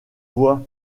voix